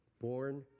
born